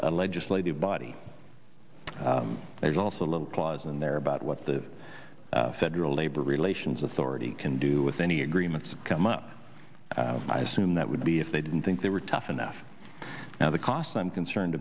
legislative body there's also a little clause in there about what the federal labor relations authority can do with any agreements come up i assume that would be if they didn't think they were tough enough now the costs i'm concerned